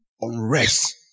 unrest